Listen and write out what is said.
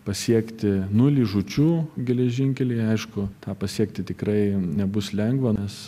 pasiekti nulį žūčių geležinkelyje aišku tą pasiekti tikrai nebus lengva nes